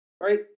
Right